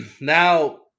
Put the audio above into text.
now